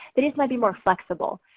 they just might be more flexible.